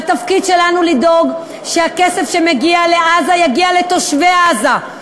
והתפקיד שלנו לדאוג שהכסף שמגיע לעזה יגיע לתושבי עזה,